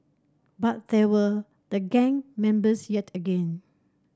but there were the gun members yet again